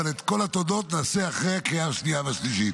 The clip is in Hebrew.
אבל את כל התודות נעשה אחרי הקריאה השנייה והשלישית.